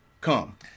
come